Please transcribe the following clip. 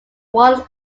once